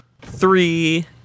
Three